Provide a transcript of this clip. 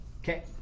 Okay